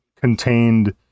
contained